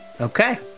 Okay